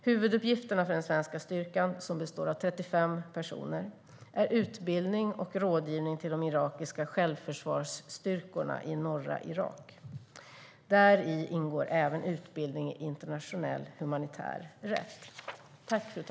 Huvuduppgifterna för den svenska styrkan, som består av 35 personer, är utbildning och rådgivning till de irakiska självförsvarsstyrkorna i norra Irak. Däri ingår även utbildning i internationell humanitär rätt.